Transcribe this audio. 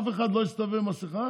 אף אחד לא הסתובב עם מסכה